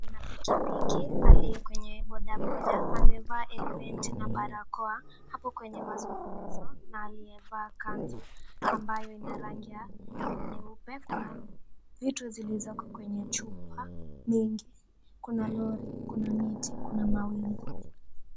Mwana pikipiki aliye kwenye bodaboda . Amevaa helmeti na barakoa. Yuko kwenye mazungumzo na aliyevaa kanzu, ambayo ina rangi ya nyeupe. Kuna vitu zilizoko kwenye chupa nyingi. Kuna lori, kuna miti, kuna mawingu.